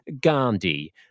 Gandhi